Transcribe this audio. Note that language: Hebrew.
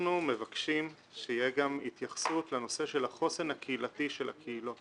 אבל אנחנו מבקשים שתהיה גם התייחסות לנושא של החוסן הקהילתי של הקהילות.